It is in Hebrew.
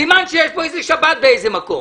סימן שיש כאן שבת באיזה מקום.